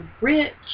rich